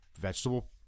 vegetable